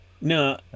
No